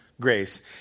grace